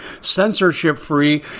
censorship-free